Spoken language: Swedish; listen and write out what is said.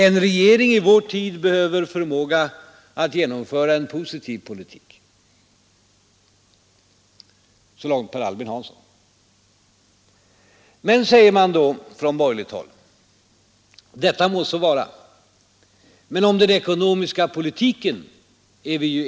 En regering i vår tid behöver förmåga att genomföra positiv politik.” Detta må så vara, säger man då från borgerligt håll, men om den ekonomiska politiken är vi enade.